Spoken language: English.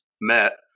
met